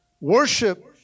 Worship